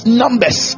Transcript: numbers